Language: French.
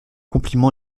compliment